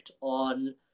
on